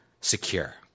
secure